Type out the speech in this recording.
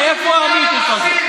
מאיפה המיתוס הזה?